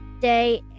day